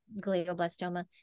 glioblastoma